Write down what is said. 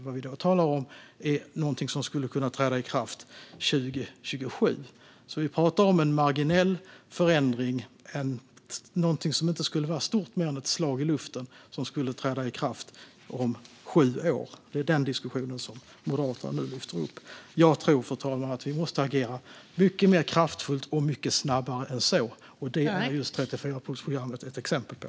Vad vi då talar om är någonting som skulle kunna träda i kraft 2027. Vi talar alltså om en marginell förändring, inte stort mer än ett slag i luften, som skulle träda i kraft om sju år. Det är den diskussionen som Moderaterna nu lyfter upp. Jag tror, fru talman, att vi måste agera mycket mer kraftfullt och mycket snabbare än så. Det är 34-punktsprogrammet ett exempel på.